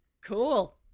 cool